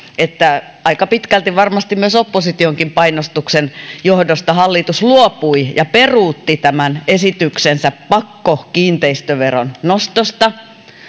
että aika pitkälti varmasti myös oppositionkin painostuksen johdosta hallitus luopui ja peruutti esityksensä kiinteistöveron pakkonostosta